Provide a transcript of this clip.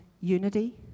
unity